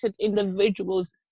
individuals